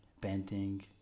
painting